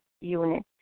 unit